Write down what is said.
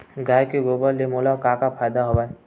गाय के गोबर ले मोला का का फ़ायदा हवय?